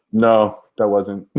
no, that wasn't.